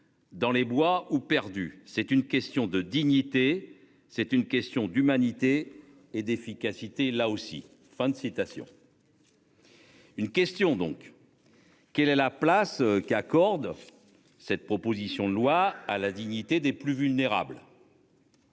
Dans les bois ou perdus. C'est une question de dignité. C'est une question d'humanité et d'efficacité là aussi, fin de citation. Une question donc. Quelle est la place qu'il accorde. Cette proposition de loi à la dignité des plus vulnérables.